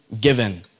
given